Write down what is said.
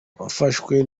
wafashwe